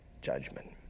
judgment